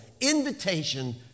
invitation